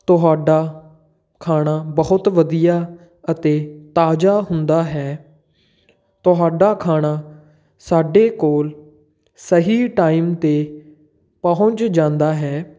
ਤੁਹਾਡਾ ਖਾਣਾ ਬਹੁਤ ਵਧੀਆ ਅਤੇ ਤਾਜ਼ਾ ਹੁੰਦਾ ਹੈ ਤੁਹਾਡਾ ਖਾਣਾ ਸਾਡੇ ਕੋਲ ਸਹੀ ਟਾਈਮ 'ਤੇ ਪਹੁੰਚ ਜਾਂਦਾ ਹੈ